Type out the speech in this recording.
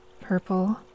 purple